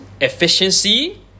efficiency